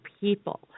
people